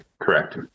correct